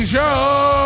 Show